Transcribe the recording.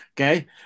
Okay